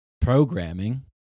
Programming